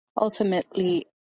Ultimately